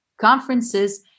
conferences